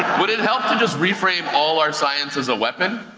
would it help to just reframe all our science as a weapon?